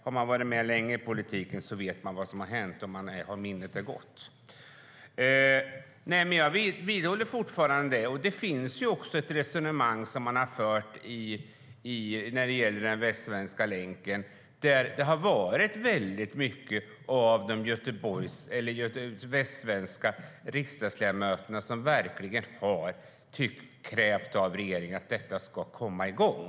Har man varit med länge i politiken vet man vad som har hänt, om minnet är gott. Det finns ett resonemang när det gäller Västsvenska länken där de västsvenska riksdagsledamöterna har krävt av regeringen att detta ska komma igång.